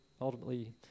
ultimately